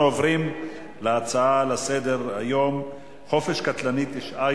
אנחנו עוברים להצעות לסדר-היום: חופש קטלני: תשעה